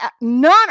none